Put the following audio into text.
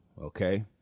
Okay